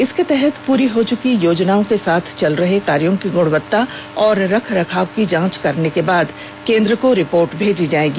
इसके तहत पूरी हो चुकी योजनाओं के साथ चल रहे कार्यों की गुणवत्ता और रख रखाव की जांच करने के बाद केंद्र को रिपोर्ट भेजी जाएगी